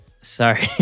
Sorry